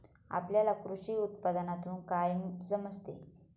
आपल्याला कृषी उत्पादनातून काय समजते?